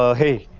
ah hey.